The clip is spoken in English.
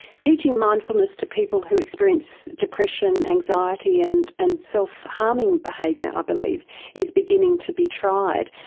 teaching mindfulness to people who experience depression, anxiety and and so self-harming behaviour i believe is beginning to be tried,